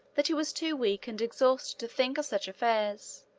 that he was too weak and exhausted to think of such affairs.